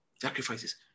sacrifices